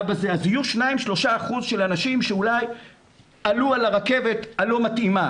אז יהיו 3%-2% של אנשים שאולי עלו על הרכבת הלא מתאימה,